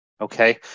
okay